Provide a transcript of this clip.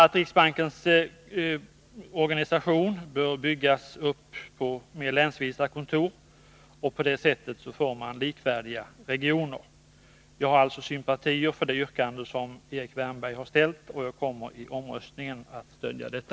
Riksbankens organisation bör bygga på länsvisa kontor, och på det sättet får vi likvärdiga regioner. Jag har alltså sympatier för det yrkande Erik Wärnberg har framställt, och jag kommer i omröstningen att stödja detta.